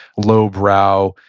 low brow.